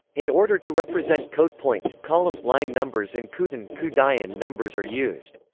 in order to represent code points, column line numbers and kuten kuten and numbers are used.